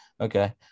okay